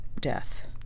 death